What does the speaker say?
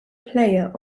player